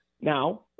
Now